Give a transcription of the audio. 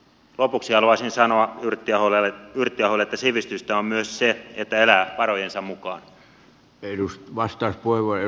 lopuksi haluaisin sanoa yrttiaholle että sivistystä on myös se että elää varojensa mukaan